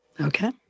Okay